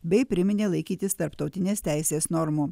bei priminė laikytis tarptautinės teisės normų